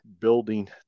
building